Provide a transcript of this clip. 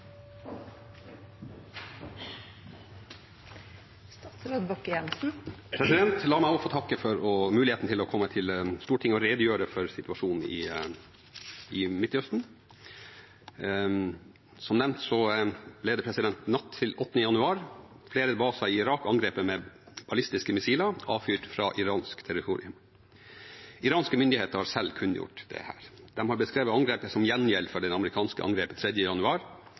La meg også få takke for muligheten til å komme til Stortinget og redegjøre for situasjonen i Midtøsten. Som nevnt ble natt til 8. januar flere baser i Irak angrepet med ballistiske missiler avfyrt fra iransk territorium. Iranske myndigheter har selv kunngjort dette. De har beskrevet angrepet som gjengjeld for det amerikanske angrepet 3. januar,